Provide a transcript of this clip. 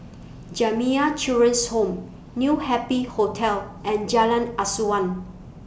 Jamiyah Children's Home New Happy Hotel and Jalan Asuhan